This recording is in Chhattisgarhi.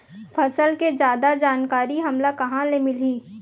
फसल के जादा जानकारी हमला कहां ले मिलही?